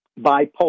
Bipolar